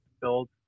build